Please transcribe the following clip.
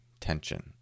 tension